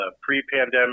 pre-pandemic